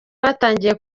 batangiye